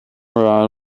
around